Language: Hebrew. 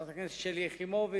חברת הכנסת שלי יחימוביץ,